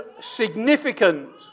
significant